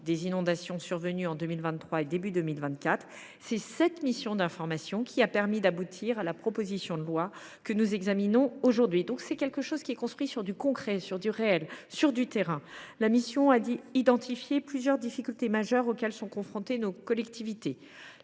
des inondations survenues en 2023 et début 2024. C’est cette mission qui a permis d’aboutir à la proposition de loi que nous examinons aujourd’hui. Nous légiférons donc sur du concret, sur du réel, sur du retour de terrain. La mission a identifié plusieurs difficultés majeures auxquelles sont confrontées nos collectivités,